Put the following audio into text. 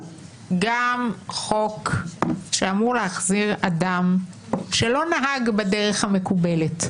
גם חוק שאמור להחזיר אדם שלא נהג בדרך המקובלת,